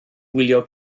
wylio